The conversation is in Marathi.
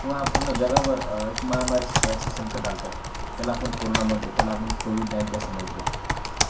किंवा पूर्ण जगावर एक महामारीच संकट आलं होतं त्याला आपण कोरोना म्हणतो त्याला आपण कोविड नाईंटी असं म्हणतो